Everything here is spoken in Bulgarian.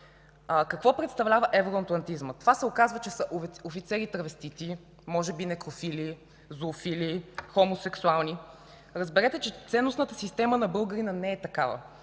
Какво представлява евроатлантизмът? Това се оказва, че са офицери травестити, може би некрофили, злофили, хомосексуални. Разберете, че ценностната система на българина не е такава.